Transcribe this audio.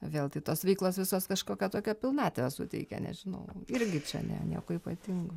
vėl tai tos veiklos visos kažkokią tokią pilnatvę suteikia nežinau irgi čia ne nieko ypatingo